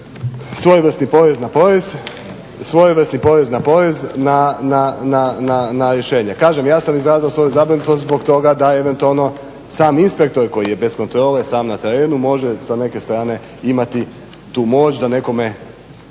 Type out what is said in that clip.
Svojevrsni porez na porez na rješenje. kažem ja sam izrazio svoju zabrinutost zbog toga da eventualno sam inspektor koji je bez kontrole sam na terenu može sa neke strane imati tu moć da nekome